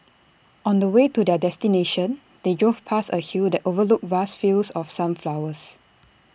on the way to their destination they drove past A hill that overlooked vast fields of sunflowers